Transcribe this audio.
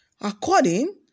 According